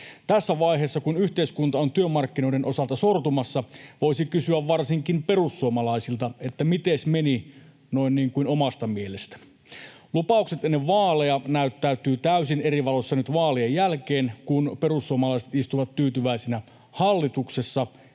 Tässä vaiheessa, kun yhteiskunta on työmarkkinoiden osalta sortumassa, voisi kysyä varsinkin perussuomalaisilta, että mites meni noin niin kuin omasta mielestä. Lupaukset ennen vaaleja näyttäytyvät täysin eri valossa nyt vaalien jälkeen, kun perussuomalaiset istuvat tyytyväisinä hallituksessa